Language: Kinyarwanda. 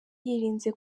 yirinze